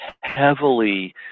heavily